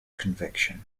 conviction